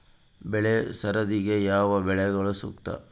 ಬೆಳೆ ಸರದಿಗೆ ಯಾವ ಬೆಳೆಗಳು ಸೂಕ್ತ?